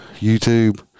YouTube